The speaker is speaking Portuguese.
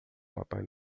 papai